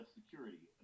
security